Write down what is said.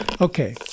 okay